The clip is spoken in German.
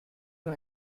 nur